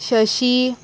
Shashi